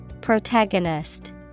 Protagonist